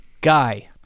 Guy